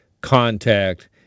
contact